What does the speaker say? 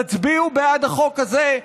תצביעו בעד החוק הזה,